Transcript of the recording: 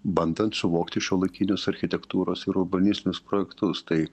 bandant suvokti šiuolaikinius architektūros ir urbanistinius projektus tai